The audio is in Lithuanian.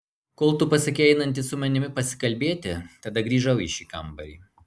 kol tu pasakei einantis su manimi pasikalbėti tada grįžau į šį kambarį